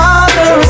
Father